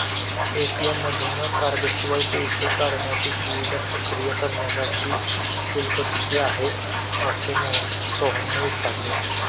ATM मधून कार्डशिवाय पैसे काढण्याची सुविधा सक्रिय करण्यासाठी शुल्क किती आहे, असे सोहनने विचारले